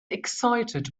excited